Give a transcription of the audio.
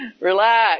Relax